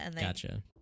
Gotcha